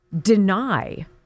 deny